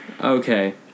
Okay